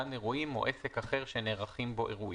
גן אירועים או עסק אחר שנערכים בו אירועים,